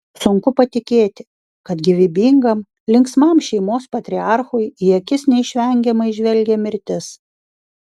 sunku patikėti kad gyvybingam linksmam šeimos patriarchui į akis neišvengiamai žvelgia mirtis